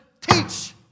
Teach